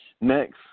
Next